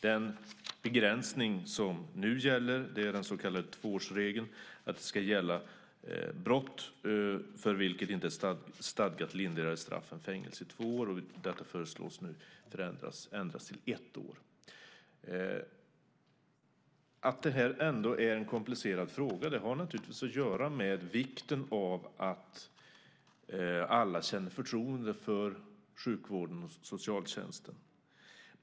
Den begränsning som nu gäller är den så kallade tvåårsregeln, att det ska gälla brott för vilket inte är stadgat lindrigare straff än fängelse i två år. Detta föreslås nu ändras till ett år. Att det här ändå är en komplicerad fråga har naturligtvis att göra med vikten av att alla känner förtroende för sjukvården och socialtjänsten.